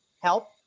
help